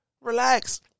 Relax